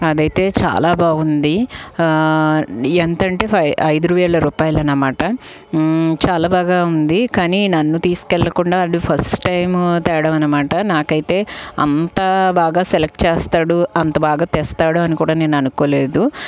అదైతే చాలా బాగుంది ఎంతంటే ఫైవ్ ఐదు వేల రూపాయలు అన్నమాట చాలా బాగా ఉంది కానీ నన్ను తీసుకుని వేళ్ళకుండా వాడు ఫస్ట్ టైం తేవడం అన్నమాట నాకైతే అంత బాగా సెలెక్ట్ చేస్తాడు అంత బాగా తెస్తాడు అని కూడా నేను అనుకోలేదు